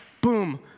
boom